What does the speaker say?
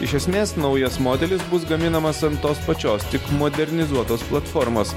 iš esmės naujas modelis bus gaminamas ant tos pačios tik modernizuotos platformos